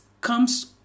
comes